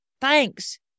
Thanks